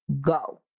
go